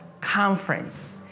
Conference